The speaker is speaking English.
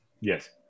Yes